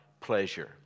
pleasure